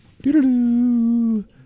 Do-do-do